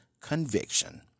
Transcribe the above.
conviction